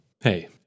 hey